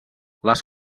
les